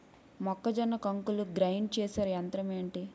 మొక్కజొన్న కంకులు గ్రైండ్ చేసే యంత్రం ఏంటి?